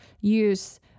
use